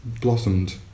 blossomed